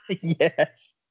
Yes